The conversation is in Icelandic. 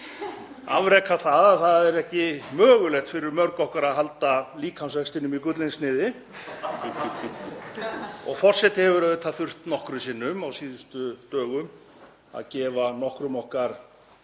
afrekað það að ekki er mögulegt fyrir mörg okkar að halda líkamsvextinum í gullinsniði og forseti hefur auðvitað þurft nokkrum sinnum á síðustu dögum að gefa nokkrum okkar